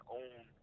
own